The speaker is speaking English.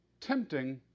tempting